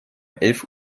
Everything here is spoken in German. elf